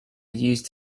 used